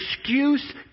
excuse